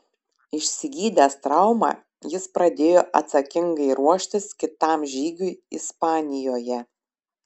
išsigydęs traumą jis pradėjo atsakingai ruoštis kitam žygiui ispanijoje